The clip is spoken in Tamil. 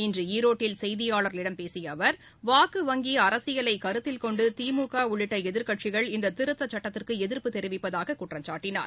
இன்று ஈரோட்டில் செய்தியாளர்களிடம் பேசிய அவர் வாக்கு வங்கி அரசியலை கருத்தில்கொண்டு திமுக உள்ளிட்ட எதிர்க்கட்சிகள் இந்த திருத்தச்சுட்டத்திற்கு எதிர்ப்பு தெரிவிப்பதாக குற்றம் சாட்டினார்